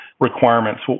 requirements